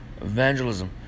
evangelism